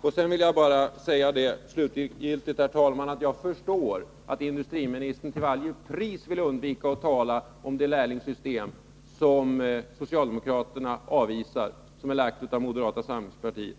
Slutligen vill jag säga, herr talman, att jag förstår att industriministern till varje pris vill undvika att tala om det lärlingssystem som socialdemokraterna avvisar och som är utformat av moderata samlingspartiet.